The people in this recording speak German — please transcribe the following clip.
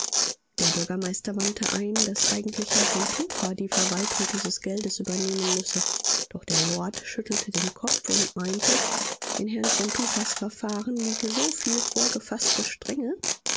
der bürgermeister wandte ein daß eigentlich herr von tucher die verwaltung dieses geldes übernehmen müsse doch der lord schüttelte den kopf und meinte in herrn von tuchers verfahren liege zu viel vorgefaßte strenge